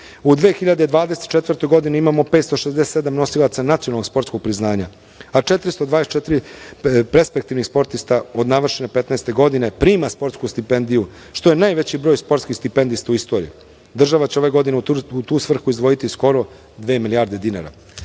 2024. godini imamo 567 nosilaca nacionalnog sportskog priznanja, a 424 perspektivnih sportista od navršene 15 godine prima sportsku stipendiju, što je najveći broj sportskih stipendista u istoriji. Država će ove godine u tu svrhu izdvojiti skoro dve milijarde dinara. Kroz